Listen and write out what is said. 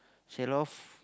sell off